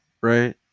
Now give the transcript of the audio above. Right